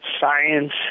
science